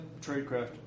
Tradecraft